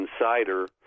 insider